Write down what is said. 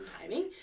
timing